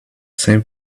same